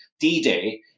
D-Day